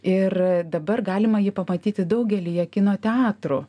ir dabar galima jį pamatyti daugelyje kino teatrų